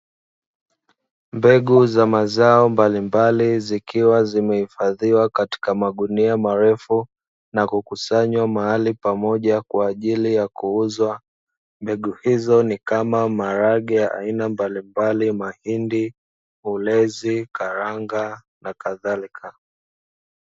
Mbegu za mazao mbalimbali zikiwa zimehifadhiwa katika magunia marefu na kukusanya mahali pamoja na kwa ajili ya kuuzwa kama maharage ya aina mbalimbali, mahindi, ulezi, karanga na kadhalika.